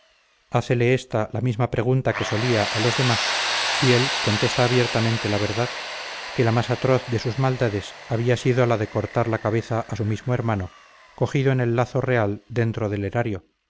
hácelo ésta la misma pregunta que solía a los denlas y él contesta abiertamente la verdad que la más atroz de sus maldades había sido la de cortar la cabeza a su mismo hermano cogido en el lazo real dentro del erario